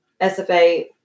SFA